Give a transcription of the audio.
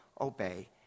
obey